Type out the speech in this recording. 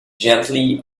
gently